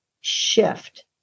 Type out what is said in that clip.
shift